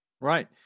Right